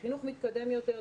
חינוך מתקדם יותר,